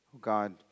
God